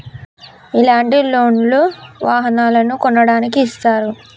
ఇలాంటి లోన్ లు వాహనాలను కొనడానికి ఇస్తారు